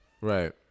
Right